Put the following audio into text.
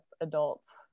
adults